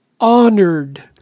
honored